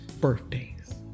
birthdays